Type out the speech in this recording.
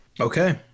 Okay